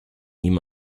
ihm